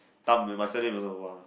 Tam with my surname also !wah!